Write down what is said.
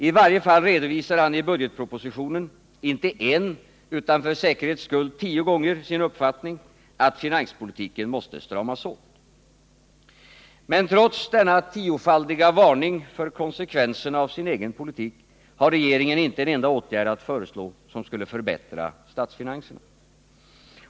I varje fall redovisar han i budgetpropositionen — inte en, utan för säkerhets skull tio gånger — sin uppfattning att finanspolitiken måste stramas åt. Men trots denna tiofaldiga varning för konsekvenserna av sin egen politik har regeringen inte en enda åtgärd att föreslå som skulle förbättra statsfinanserna.